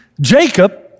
Jacob